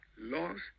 lost